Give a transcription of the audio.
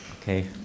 Okay